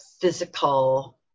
physical